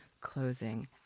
closing